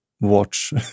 watch